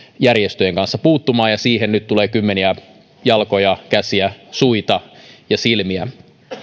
järjestöjen kanssa puuttumaan ja siihen nyt tulee kymmeniä jalkoja käsiä suita ja silmiä